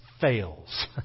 fails